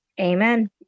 Amen